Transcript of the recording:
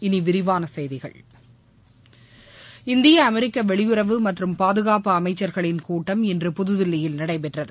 இனி விரிவான செய்திகள் இந்திய அமெரிக்க வெளியுறவு மற்றும் பாதுகாப்பு அமைச்சர்களின் கூட்டம் இன்று புதுதில்லியில் நடைபெற்றது